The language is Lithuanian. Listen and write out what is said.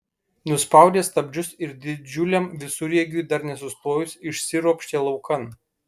nuspaudė stabdžius ir didžiuliam visureigiui dar nesustojus išsiropštė laukan